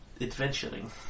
adventuring